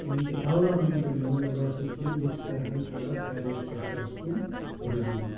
یعنی کہِ ڈیولپمینٛٹ تہِ نہٕ گاندَربَلَس منٛز کِہیٖنۍ لُکھ کَرٕہَن تھوڑا پرٛایویٹ سیکٹَرَس کُن رُجوٗع